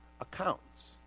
accounts